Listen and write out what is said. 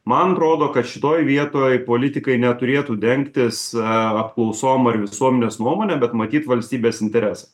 man atrodo kad šitoj vietoj politikai neturėtų dengtis apklausom ar visuomenės nuomone bet matyt valstybės interesą